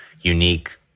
unique